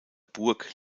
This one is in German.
burg